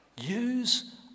Use